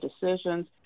decisions